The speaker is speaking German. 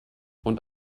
und